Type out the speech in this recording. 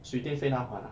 水电费他还 ah